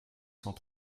cent